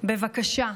בבקשה,